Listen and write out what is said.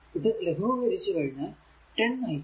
ഇത് ലഘൂകരിച്ചു കഴിഞ്ഞാൽ 10 i 2